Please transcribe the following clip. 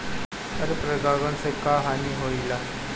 पर परागण से क्या हानि होईला?